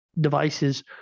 devices